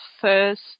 first